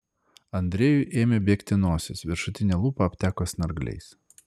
andrejui ėmė bėgti nosis viršutinė lūpa apteko snargliais